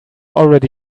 already